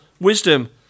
wisdom